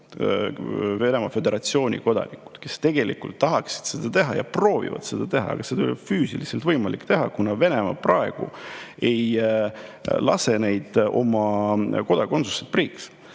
Venemaa Föderatsiooni kodanikud, kes tahaksid seda teha ja on proovinud seda teha, aga seda ei ole füüsiliselt võimalik teha, kuna Venemaa praegu ei lase neid oma kodakondsusest priiks.